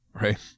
right